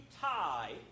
tie